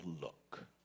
look